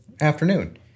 afternoon